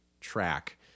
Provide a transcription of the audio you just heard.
track